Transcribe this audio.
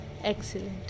excellent